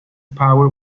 power